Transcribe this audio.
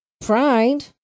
Pride